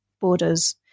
borders